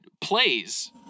plays